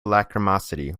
lachrymosity